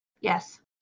Yes